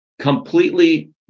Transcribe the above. completely